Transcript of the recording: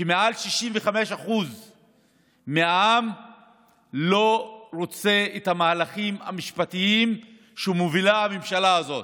שמעל 65% מהעם לא רוצים את המהלכים המשפטיים שמובילה הממשלה הזאת.